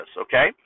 okay